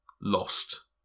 lost